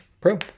Pro